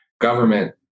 government